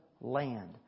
land